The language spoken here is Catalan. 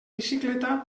bicicleta